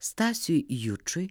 stasiui jučui